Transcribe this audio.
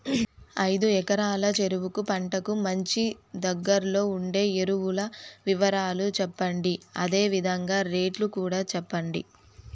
ఐదు ఎకరాల చెరుకు పంటకు మంచి, దగ్గర్లో ఉండే ఎరువుల వివరాలు చెప్పండి? అదే విధంగా రేట్లు కూడా చెప్పండి?